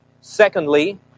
Secondly